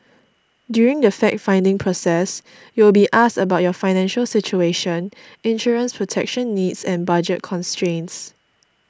during the fact finding process you will be asked about your financial situation insurance protection needs and budget constraints